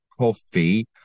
coffee